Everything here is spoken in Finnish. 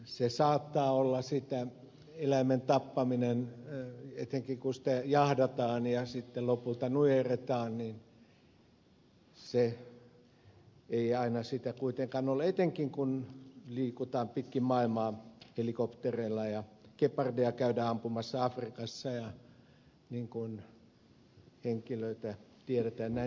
se eläimen tappaminen saattaa olla sitä etenkin kun eläintä jahdataan ja sitten se lopulta nujerretaan mutta se ei aina sitä kuitenkaan ole etenkin kun liikutaan pitkin maailmaa helikoptereilla ja gepardeja käydään ampumassa afrikassa niin kuin tiedetään näitä henkilöitä olleen suomestakin